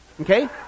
Okay